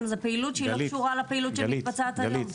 אבל זו פעילות שלא קשורה לפעילות שמתבצעת היום.